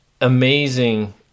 amazing